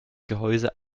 gehäuse